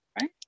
right